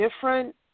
different